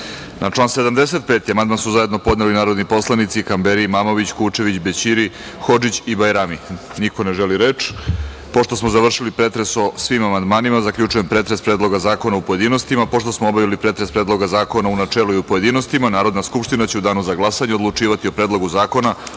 član 75. amandman su zajedno podneli narodni poslanici Kamberi, Imamović, Kučević, Bećiri, Hodžić i Bajrami. Niko ne želi reč. Pošto smo završili pretres o svim amandmanima, zaključujem pretres Predloga zakona, u pojedinostima. Pošto smo obavili pretres Predloga zakona u načelu i u pojedinostima, Narodna skupština će u Danu za glasanje odlučivati o Predlogu zakona